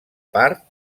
part